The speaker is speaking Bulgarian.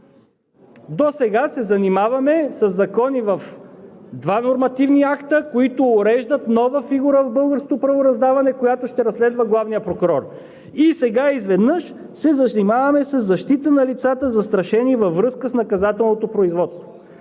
Досега се занимаваме със закони в два нормативни акта, които уреждат нова фигура в българското правораздаване, която ще разследва главния прокурор, и сега изведнъж се занимаваме със защита на лицата, застрашени във връзка с наказателното производство,